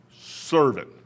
servant